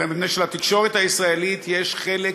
אלא מפני שלתקשורת הישראלית יש חלק